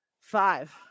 five